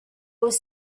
was